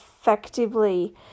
effectively